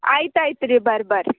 ಆಯ್ತಾಯ್ತು ರೀ ಬರ್ರಿ ಬರ್ರಿ